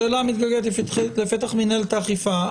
השאלה מתגלגלת לפתח מינהלת האכיפה.